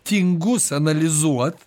tingus analizuot